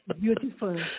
beautiful